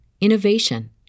innovation